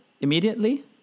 immediately